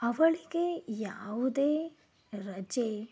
ಅವಳಿಗೆ ಯಾವುದೇ ರಜೆ